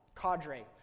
Cadre